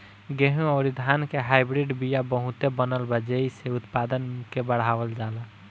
गेंहू अउरी धान के हाईब्रिड बिया बहुते बनल बा जेइसे उत्पादन के बढ़ावल जाता